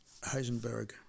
Heisenberg